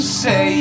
say